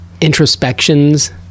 introspections